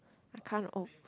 kind of old